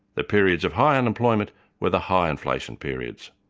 the periods of high unemployment were the high inflation periods.